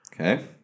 Okay